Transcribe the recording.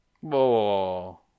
Whoa